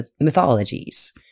mythologies